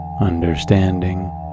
understanding